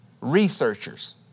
Researchers